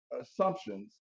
assumptions